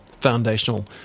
foundational